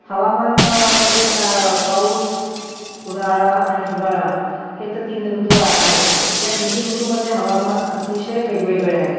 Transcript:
हवामान मध्ये ता पाऊस उन्हाळा आणि हिवाळा हे तर तीन ऋतू आ आहेच या तीनही ऋतूमध्ये हवामान अतिशय वेगवेगळे आहेत